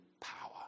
power